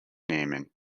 nehmen